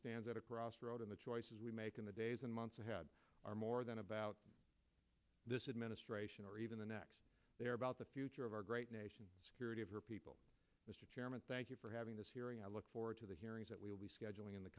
stands at a crossroad in the choices we make in the days and months ahead are more than about this administration or even the next they are about the future of our great nation security of her people mr chairman thank you for having us here and i look forward to the hearings that we'll be scheduling in the